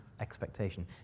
expectation